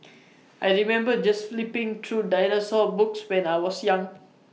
I remember just flipping through dinosaur books when I was young